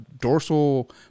dorsal